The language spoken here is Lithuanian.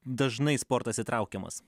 dažnai sportas įtraukiamas